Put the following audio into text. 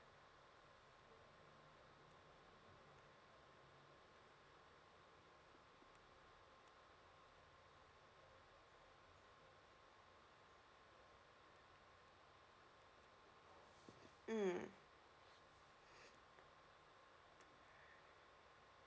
mm